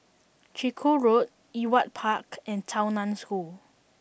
Chiku Road Ewart Park and Tao Nan School